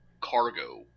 cargo